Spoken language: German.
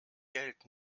geld